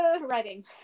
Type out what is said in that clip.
Writing